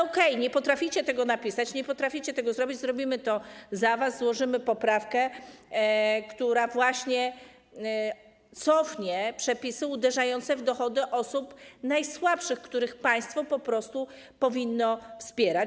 Okej, nie potraficie tego napisać, nie potraficie tego zrobić - zrobimy to za was, złożymy poprawkę, która cofnie przepisy uderzające w dochody osób najsłabszych, które państwo po prostu powinno wspierać.